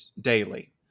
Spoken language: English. daily